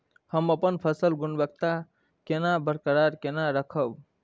हम अपन फसल गुणवत्ता केना बरकरार केना राखब?